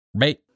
right